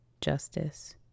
justice